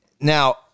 now